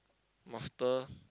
master